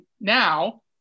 Now